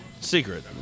Secret